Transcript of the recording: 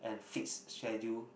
and fixed schedule